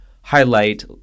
highlight